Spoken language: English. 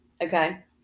Okay